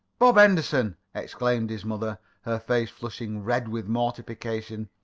bob henderson! exclaimed his mother, her face flushing red with mortification.